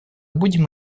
будем